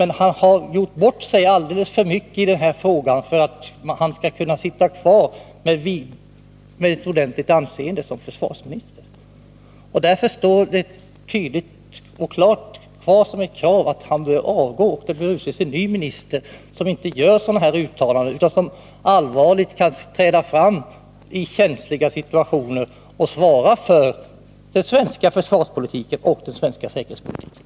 Men han har gjort bort sig alldeles för mycket i den här frågan för att han skall kunna sitta kvar med ett ordentligt anseende som försvarsminister. Därför framstår det tydligt och klart som ett krav att han bör avgå och att det utses en ny minister som inte gör sådana här uttalanden utan som allvarligt kan träda fram i känsliga situationer och försvara den svenska försvarspolitiken och den svenska säkerhetspolitiken.